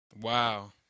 Wow